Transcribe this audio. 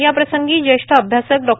याप्रसंगी ज्येष्ठ अभ्यासक डॉ